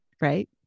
right